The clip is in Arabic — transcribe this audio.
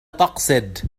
تقصد